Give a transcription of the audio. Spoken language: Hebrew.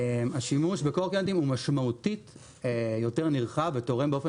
השימוש בקורקינטים הוא משמעותית יותר נרחב ותורם באופן